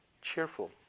cheerful